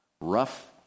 rough